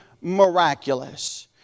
miraculous